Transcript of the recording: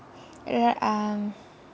right um